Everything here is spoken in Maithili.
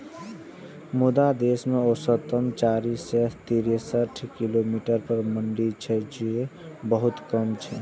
मुदा देश मे औसतन चारि सय तिरेसठ किलोमीटर पर मंडी छै, जे बहुत कम छै